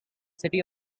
city